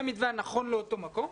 לראות מה המתווה הנכון לאותו מקום.